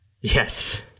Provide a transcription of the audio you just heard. Yes